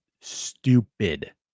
stupid